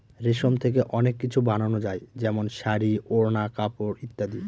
রেশম থেকে অনেক কিছু বানানো যায় যেমন শাড়ী, ওড়না, কাপড় ইত্যাদি